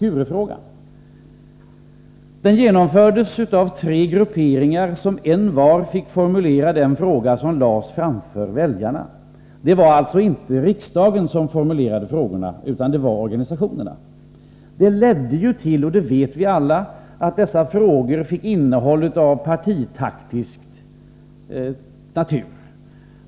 Folkomröstningen genomfördes av tre grupperingar, som envar fick formulera den fråga som lades fram för väljarna. Det var alltså inte riksdagen som formulerade frågorna, utan det var organisationerna. Detta ledde till — det vet vi alla — att dessa frågor fick innehåll av partitaktisk natur.